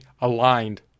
aligned